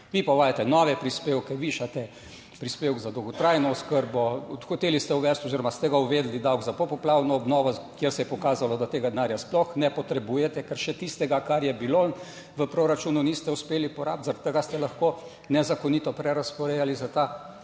vi pa uvajate nove prispevke, višate prispevek za dolgotrajno oskrbo, hoteli ste uvesti oziroma ste ga uvedli, davek za popoplavno obnovo, kjer se je pokazalo, da tega denarja sploh ne potrebujete, ker še tistega, kar je bilo v proračunu, niste uspeli porabiti, zaradi tega ste lahko nezakonito prerazporejali za ta